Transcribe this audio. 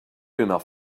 enough